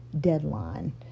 deadline